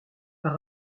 par